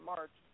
March